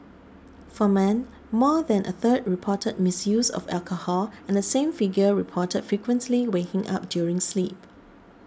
for men more than a third reported misuse of alcohol and the same figure reported frequently waking up during sleep